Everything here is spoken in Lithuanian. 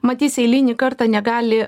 mat jis eilinį kartą negali